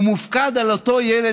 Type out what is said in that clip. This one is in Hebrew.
הוא מופקד על אותו ילד,